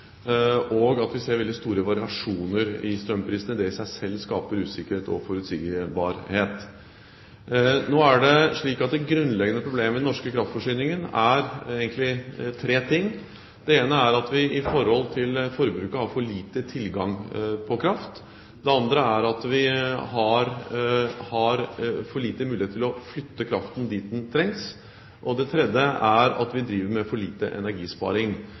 og for at vi ser veldig store variasjoner i strømprisene. Det i seg selv skaper usikkerhet og uforutsigbarhet. Nå er det slik at det grunnleggende problemet i den norske kraftforsyningen egentlig er tre ting: Det ene er at vi i forhold til forbruket har for lite tilgang på kraft, det andre er at vi har for liten mulighet til å flytte kraften dit den trengs, og det tredje er at vi driver med for lite energisparing.